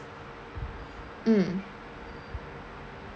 mm